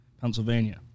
Pennsylvania